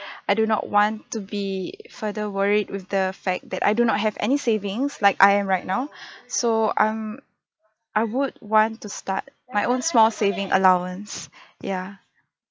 I do not want to be further worried with the fact that I do not have any savings like I am right now so um I would want to start my own small saving allowance yeah